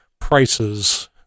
prices